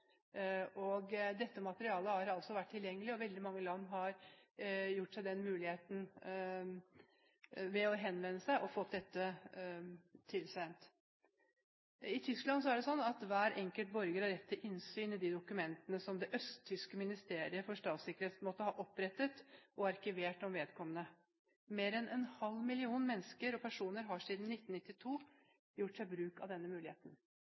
Dette materialet har altså vært tilgjengelig, og veldig mange land har benyttet seg av muligheten til å få dette tilsendt ved å henvende seg. I Tyskland er det slik at hver enkelt borger har rett til innsyn i de dokumentene som det østtyske Ministeriet for statssikkerhet måtte ha opprettet og arkivert om vedkommende. Mer enn en halv million mennesker har siden 1992 gjort bruk av denne muligheten.